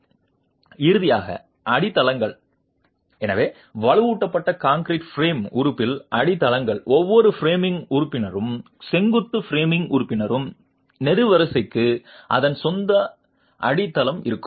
இறுதியாக அடித்தளங்கள் எனவே வலுவூட்டப்பட்ட கான்கிரீட் பிரேம் உறுப்பில் அடித்தளங்கள் ஒவ்வொரு ஃப்ரேமிங் உறுப்பினரும் செங்குத்து ஃப்ரேமிங் உறுப்பினரும் நெடுவரிசைக்கு அதன் சொந்த அடித்தளம் இருக்கும்